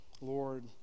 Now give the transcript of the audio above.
Lord